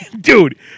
Dude